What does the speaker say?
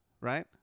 right